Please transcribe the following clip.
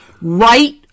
Right